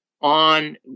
on